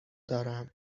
دارم